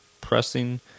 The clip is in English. pressing